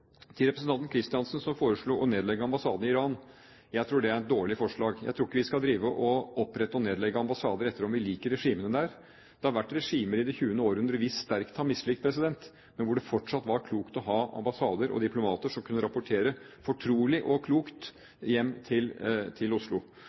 Til representanten Kristiansen, som foreslo å legge ned ambassaden i Iran: Jeg tror det er et dårlig forslag. Jeg tror ikke vi skal drive og opprette og nedlegge ambassader etter om vi liker regimene. Det har vært regimer i det 20. århundre som vi sterkt har mislikt, men hvor det fortsatt var klokt å ha ambassader og diplomater som kunne rapportere fortrolig og klokt